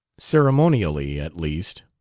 ceremonially, at least,